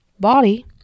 body